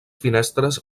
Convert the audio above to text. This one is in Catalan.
finestres